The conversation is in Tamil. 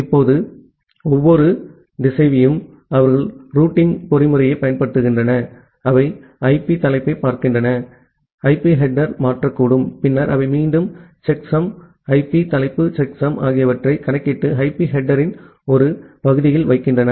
இப்போது ஒவ்வொரு திசைவியும் அவர்கள் ரூட்டிங் பொறிமுறையைப் பயன்படுத்துகின்றன அவை ஐபி தலைப்பைப் பார்க்கின்றன அவை ஐபி ஹெட்டெர் மாற்றக்கூடும் பின்னர் அவை மீண்டும் செக்சம் ஐபி தலைப்பு செக்சம் ஆகியவற்றைக் கணக்கிட்டு ஐபி ஹெட்டெர்ன் ஒரு பகுதியில் வைக்கின்றன